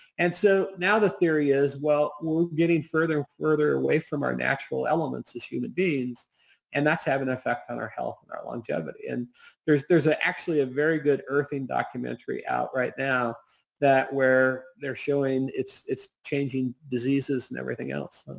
and so, now the theory is, well, we're getting further, further away from our natural elements as human beings and that's having an effect on our health and our longevity. and there's there's ah actually a very good earthy documentary out right now that where they're showing it's it's changing diseases and everything else.